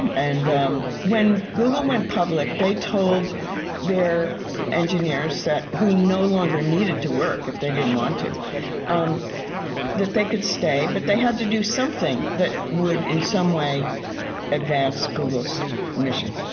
and um when google went public, they told their engineers who no longer needed to work if they didn't want to um that they could stay, but they had to do something that would in some way advance google's mission.